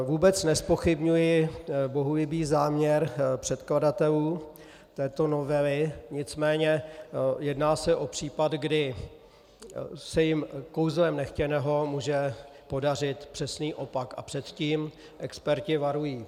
Vůbec nezpochybňuji bohulibý záměr předkladatelů této novely, nicméně jedná se o případ, kdy se jim kouzlem nechtěného může podařit přesný opak, a před tím experti varují.